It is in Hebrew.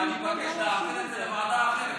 אני מבקש להעביר את זה לוועדה אחרת.